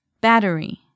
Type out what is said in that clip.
Battery